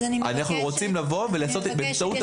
אנחנו רוצים --- אז אני מבקשת,